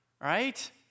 right